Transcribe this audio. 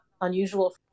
unusual